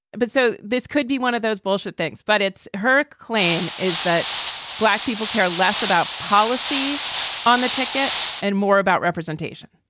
but so this could be one of those bullshit things. but it's hurk claim is that black people care less about policy on the ticket and more about representation